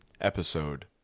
episode